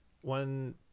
one